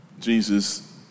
Jesus